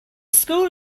school